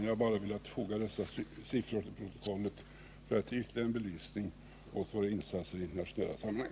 Jag har bara velat foga dessa siffror till protokollet för att ge en ytterligare belysning av våra insatser i internationella sammanhang.